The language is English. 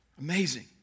Amazing